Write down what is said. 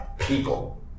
people